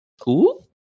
Cool